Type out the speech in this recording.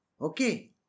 Okay